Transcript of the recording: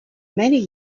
many